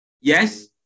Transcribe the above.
yes